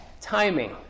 timing